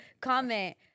comment